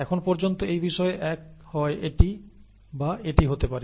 এখন পর্যন্ত এই বিষয়ে 1 হয় এটি বা এটি হতে পারে